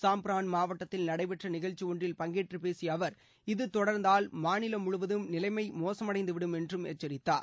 சாம்ப்ரான் மாவட்டத்தில் நடைபெற்ற நிகழ்ச்சி ஒன்றில் பங்கேற்று பேசிய அவர் இது தொடர்ந்தால் மாநில முழுவதும் நிலைமை மோசமடைந்துவிடும் என்று எச்சரித்தார்